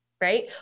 right